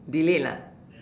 delete lah